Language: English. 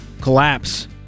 collapse